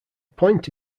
point